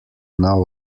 now